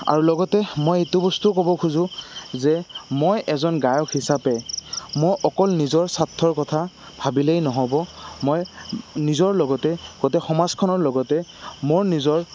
আৰু লগতে মই এইটো বস্তু ক'ব খোজোঁ যে মই এজন গায়ক হিচাপে মই অকল নিজৰ স্বাৰ্থৰ কথা ভাবিলেই নহ'ব মই নিজৰ লগতে গোটেই সমাজখনৰ লগতে মোৰ নিজৰ